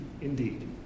indeed